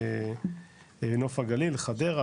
נוף הגליל וחדרה,